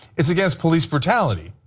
it's against police brutality.